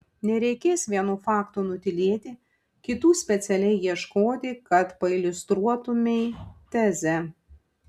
nereikės vienų faktų nutylėti kitų specialiai ieškoti kad pailiustruotumei tezę